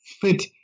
fit